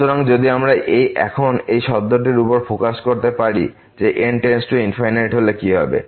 সুতরাং যদি আমরা এখন এই শব্দটির উপর ফোকাস করতে পারি যে n→∞ হলে কি হবে